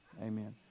Amen